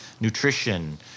nutrition